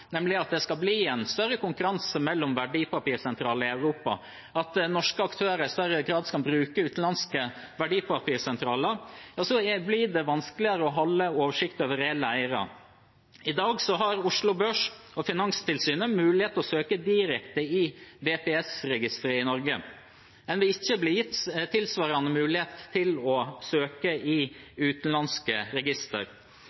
nemlig at det skal bli større konkurranse mellom verdipapirsentraler i Europa, er at norske aktører i større grad kan bruke utenlandske verdipapirsentraler. Da blir det vanskeligere å holde oversikt over reelle eiere. I dag har Oslo Børs og Finanstilsynet mulighet til å søke direkte i VPS’ register i Norge. En vil ikke bli gitt tilsvarende mulighet til å søke